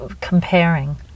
comparing